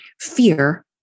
fear